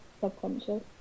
subconscious